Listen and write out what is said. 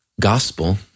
gospel